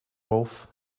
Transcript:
wolf